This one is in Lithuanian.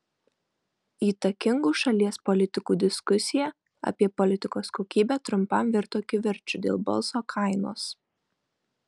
įtakingų šalies politikų diskusija apie politikos kokybę trumpam virto kivirču dėl balso kainos